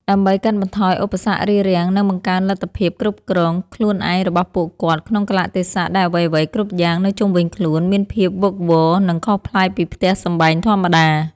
ដើម្បីកាត់បន្ថយឧបសគ្គរារាំង និងបង្កើនលទ្ធភាពគ្រប់គ្រងខ្លួនឯងរបស់ពួកគាត់ ក្នុងកាលៈទេសៈដែលអ្វីៗគ្រប់យ៉ាងនៅជុំវិញខ្លួនមានភាពវឹកវរ និងខុសប្លែកពីផ្ទះសម្បែងធម្មតា។